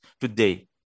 today